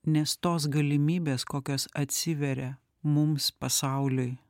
nes tos galimybės kokios atsiveria mums pasauliui